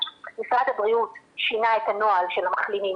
משרד הבריאות שינה את הנוהל של המחלימים